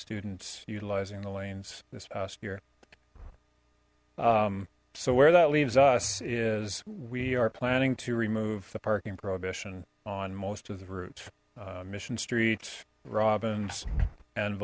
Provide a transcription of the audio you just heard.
students utilizing the lanes this past year so where that leaves us is we are planning to remove the parking prohibition on most of the route mission street robbins and